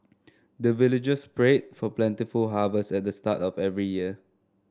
the villagers pray for plentiful harvest at the start of every year